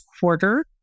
quarter